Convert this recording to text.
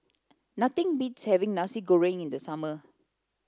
nothing beats having Nasi Goreng in the summer